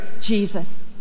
Jesus